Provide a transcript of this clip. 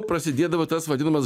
prasidėdavo tas vadinamas